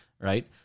right